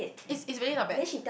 it's it's really not bad